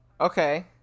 okay